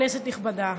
כנסת נכבדה,